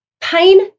Pain